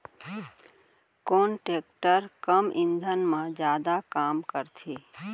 कोन टेकटर कम ईंधन मा जादा काम करथे?